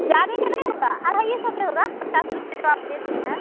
ज़्यादा का नहीं हुी सौ का हुआ पचास रुपए पर देते हैं